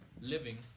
living